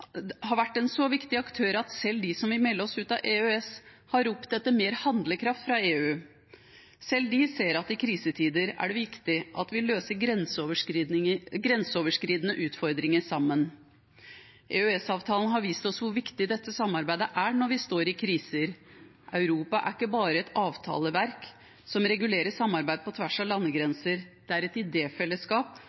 at selv de som vil melde oss ut av EØS, har ropt etter mer handlekraft fra EU. Selv de ser at i krisetider er det viktig at vi løser grenseoverskridende utfordringer sammen. EØS-avtalen har vist oss hvor viktig dette samarbeidet er når vi står i kriser. Europa er ikke bare et avtaleverk som regulerer samarbeid på tvers av landegrenser, det er et